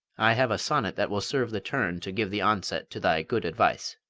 i have a sonnet that will serve the turn to give the onset to thy good advice.